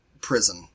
prison